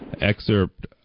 excerpt